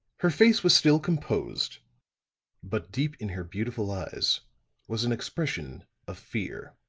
her face was still composed but deep in her beautiful eyes was an expression of fear.